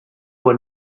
will